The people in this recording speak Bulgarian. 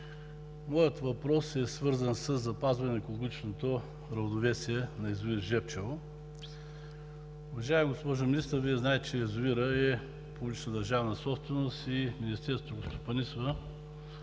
моят въпрос е свързан със запазване екологичното равновесие на язовир „Жребчево“. Уважаема госпожо Министър, Вие знаете, че язовирът е публична държавна собственост и Министерството го стопанисва